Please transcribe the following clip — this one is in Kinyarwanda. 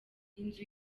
inzu